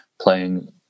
playing